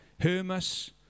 Hermas